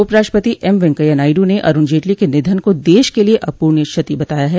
उपराष्ट्रपति एम वेंकैया नायडू ने अरुण जेटली के निधन को देश के लिए अपूर्णीय क्षति बताया है